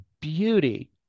beauty